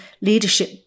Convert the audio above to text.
leadership